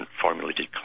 formulated